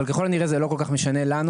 אבל ככל הנראה זה לא כל כך משנה לנו,